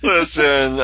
Listen